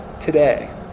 today